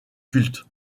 culte